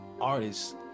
artists